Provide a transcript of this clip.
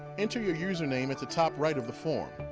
enter your username at the top right of the form.